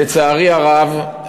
לצערי הרב,